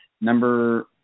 Number